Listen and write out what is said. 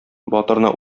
батырны